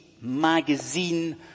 magazine